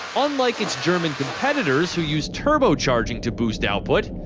unlike its german competitors who use turbocharging to boost output,